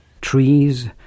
Trees